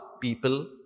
people